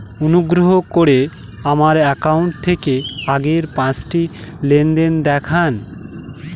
অনুগ্রহ করে আমার অ্যাকাউন্ট থেকে আগের পাঁচটি লেনদেন দেখান